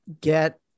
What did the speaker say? Get